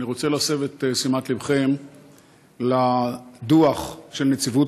אני רוצה להסב את תשומת ליבכם לדוח של נציבות